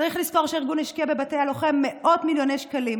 צריך לזכור שהארגון השקיע בבתי הלוחם מאות מיליוני שקלים,